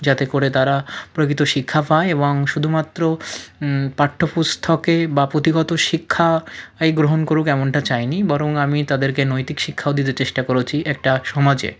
যাতে করে তারা প্রকৃত শিক্ষা পায় এবং শুধুমাত্র পাঠ্য পুস্থকে বা পুঁথিগত শিক্ষা টাই গ্রহণ করুক এমনটা চাই নি বরং আমি তাদেরকে নৈতিক শিক্ষাও দিতে চেষ্টা করেছি একটা সমাজে